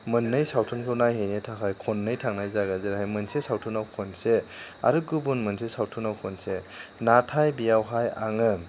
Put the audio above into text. मोननै सावथुनखौ नायहैनो थाखाय खननै थांनाय जागोन जेरैहाय मोनसे सावथुनाव खनसे आरो गुबुन मोनसे सावथुनाव खनसे नाथाय बेयावहाय आङो